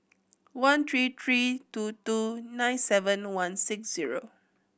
one three three two two nine seven one six zero